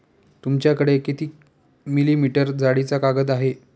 तुमच्याकडे किती मिलीमीटर जाडीचा कागद आहे?